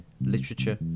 literature